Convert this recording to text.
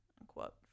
unquote